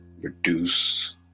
reduce